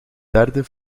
derde